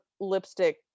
lipstick